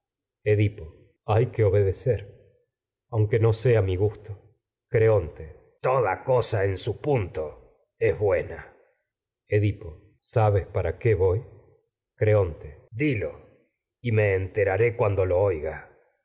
palacio hay que obedecer aunque no sea mi gusto cosa en creonte toda su punto es buena edipo sabes para qué voy creonte dilo y me enteraré cuando lo oiga